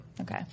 Okay